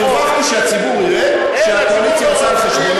הרווחתי שהציבור יראה שהקואליציה עושה חשבונות.